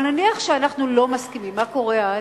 אבל נניח שאנחנו לא מסכימים, מה קורה אז?